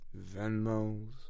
Venmos